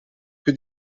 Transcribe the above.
più